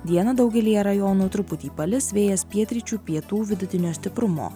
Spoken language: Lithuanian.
dieną daugelyje rajonų truputį palis vėjas pietryčių pietų vidutinio stiprumo